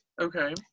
okay